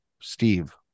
Steve